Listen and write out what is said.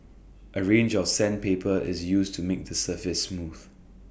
A range of sandpaper is used to make the surface smooth